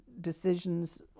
decisions